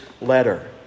letter